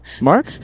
Mark